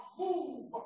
move